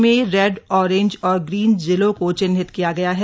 प्रदेश में red orange और green जिलों को चिन्हित किया गया है